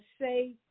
say